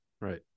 Right